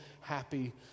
happy